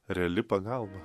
reali pagalba